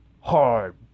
Hard